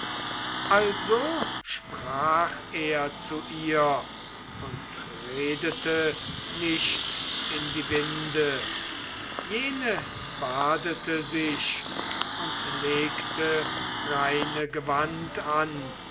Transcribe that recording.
also sprach er zu ihr und redete nicht in die winde jene badete sich und legte reine gewand an